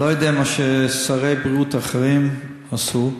אני לא יודע מה שרי בריאות אחרים עשו: